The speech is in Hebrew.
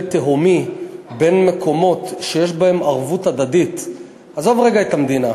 תהומי יש בין מקומות שיש בהם ערבות הדדית עזוב רגע את המדינה,